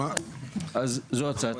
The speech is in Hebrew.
אז זו הצעתי.